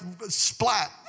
splat